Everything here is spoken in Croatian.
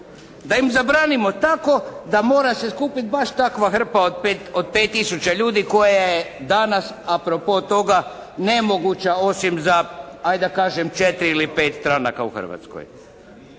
Da im zabranimo tako da mora se skupit baš takva hrpa od 5 tisuća ljudi koja je danas a propos toga nemoguća osim za ajd' da kažem za 4 ili 5 stranaka u Hrvatskoj.